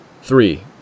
Three